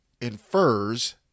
infers